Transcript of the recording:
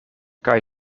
kaj